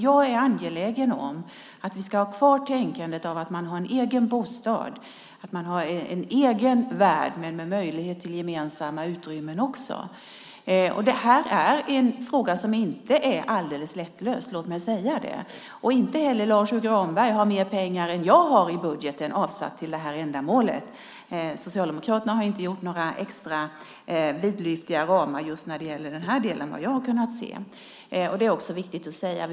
Jag är angelägen om att vi ska ha kvar tänkandet att man ska ha en egen bostad, en egen värld med möjlighet till gemensamma utrymmen också. Det här är en fråga som inte är alldeles lätt att lösa - låt mig säga det. Och Lars U Granberg har inte mer pengar än jag har avsatta i budgeten till det här ändamålet. Socialdemokraterna har inte några extra vidlyftiga ramar just när det gäller den här delen vad jag har kunnat se. Det är också viktigt att säga.